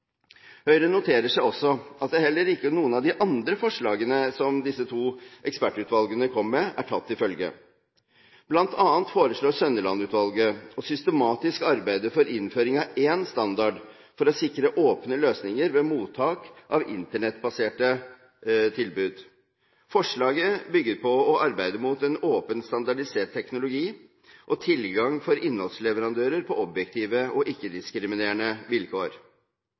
Høyre noterer seg også at heller ikke noen av de andre forslagene som disse to ekspertutvalgene kom med, er tatt til følge. Blant annet foreslår Sønneland-utvalget systematisk å arbeide for innføring av én standard for å sikre åpne løsninger ved mottak av internettbaserte tilbud. Forslaget bygger på å arbeide mot en åpen standardisert teknologi og tilgang for innholdsleverandører på objektive og ikke-diskriminerende vilkår.